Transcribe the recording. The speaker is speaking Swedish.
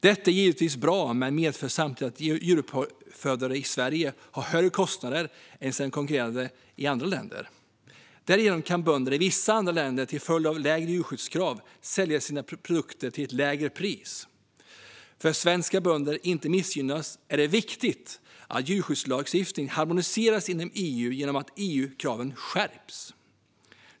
Detta är givetvis bra men medför samtidigt att djuruppfödare i Sverige har högre kostnader än deras konkurrenter i andra länder. Bönder i vissa andra länder kan, till följd av lägre djurskyddskrav, sälja sina produkter till ett lägre pris. För att svenska bönder inte ska missgynnas är det viktigt att djurskyddslagstiftningen harmoniseras inom EU genom att EU-kraven skärps.